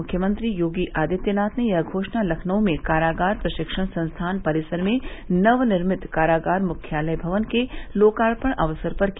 मुख्यमंत्री योगी आदित्यनाथ ने यह घोषणा लखनऊ में कारागार प्रशिक्षण संस्थान परिसर में नवनिर्मित कारागार मुख्यालय भवन के लोकार्पण अवसर पर की